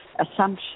assumption